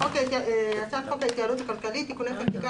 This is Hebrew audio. הצעת חוק ההתייעלות הכלכלית (תיקוני חקיקה